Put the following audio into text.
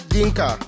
Dinka